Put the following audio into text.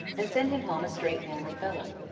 and send him home a straight manly fellow.